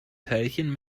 teilchen